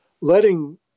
letting